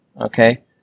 Okay